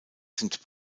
sind